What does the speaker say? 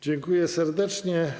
Dziękuję serdecznie.